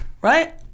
right